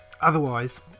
Otherwise